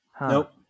Nope